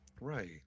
Right